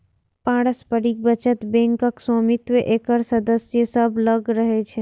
पारस्परिक बचत बैंकक स्वामित्व एकर सदस्य सभ लग रहै छै